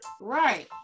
Right